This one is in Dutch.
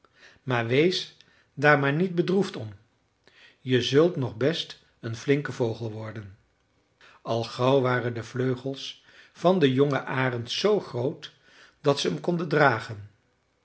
maar wees daar maar niet bedroefd om je zult nog best een flinke vogel worden al gauw waren de vleugels van den jongen arend zoo groot dat ze hem konden dragen